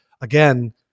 again